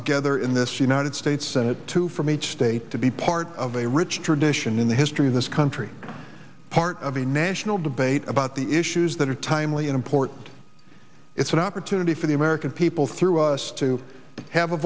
together in this united states senate to from each state to be part of a rich tradition in the history of this country part of the national debate about the issues that are timely important it's an opportunity for the american people through us to have a